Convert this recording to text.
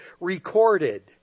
recorded